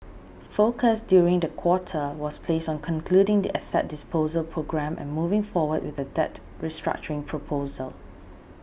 focus during the quarter was placed on concluding the asset disposal programme and moving forward with the debt restructuring proposal